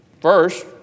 First